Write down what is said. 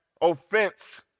offense